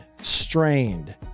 strained